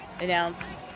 announce